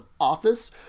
office